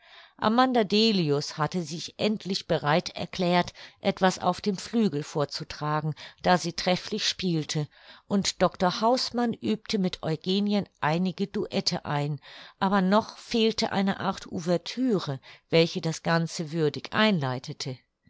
amanda delius hatte sich endlich bereit erklärt etwas auf dem flügel vorzutragen da sie trefflich spielte und dr hausmann übte mit eugenien einige duette ein aber noch fehlte eine art ouvertüre welche das ganze würdig einleitete